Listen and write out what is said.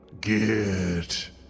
get